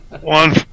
One